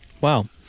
Wow